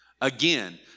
Again